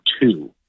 two